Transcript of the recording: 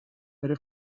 bere